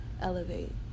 elevate